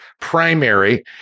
primary